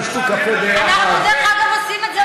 קוראים למי שמשתף פעולה משת"פים.